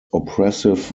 oppressive